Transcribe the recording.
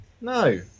No